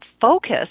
focus